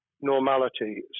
normality